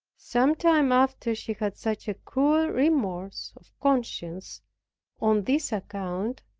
some time after she had such a cruel remorse of conscience on this account,